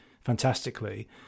fantastically